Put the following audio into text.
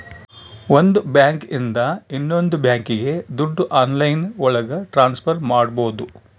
ಒಂದ್ ಬ್ಯಾಂಕ್ ಇಂದ ಇನ್ನೊಂದ್ ಬ್ಯಾಂಕ್ಗೆ ದುಡ್ಡು ಆನ್ಲೈನ್ ಒಳಗ ಟ್ರಾನ್ಸ್ಫರ್ ಮಾಡ್ಬೋದು